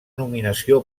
nominació